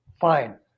Fine